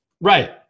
Right